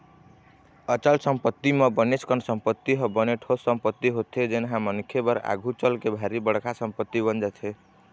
अचल संपत्ति म बनेच कन संपत्ति ह बने ठोस संपत्ति होथे जेनहा मनखे बर आघु चलके भारी बड़का संपत्ति बन जाथे